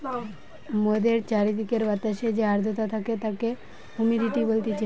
মোদের চারিদিকের বাতাসে যে আদ্রতা থাকে তাকে হুমিডিটি বলতিছে